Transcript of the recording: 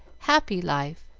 happy life